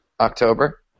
October